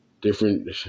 different